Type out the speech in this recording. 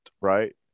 right